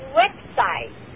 website